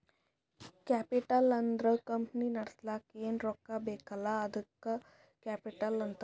capital ಅಂದುರ್ company ನಡುಸ್ಲಕ್ ಏನ್ ರೊಕ್ಕಾ ಬೇಕಲ್ಲ ಅದ್ದುಕ ಕ್ಯಾಪಿಟಲ್ ಅಂತಾರ್